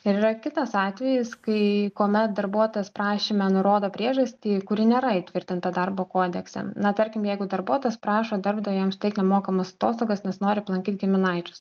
ir yra kitas atvejis kai kuomet darbuotojas prašyme nurodo priežastį kuri nėra įtvirtinta darbo kodekse na tarkim jeigu darbuotojas prašo darbdavio jam suteikt nemokamas atostogas nes nori aplankyt giminaičius